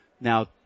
Now